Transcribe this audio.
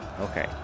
okay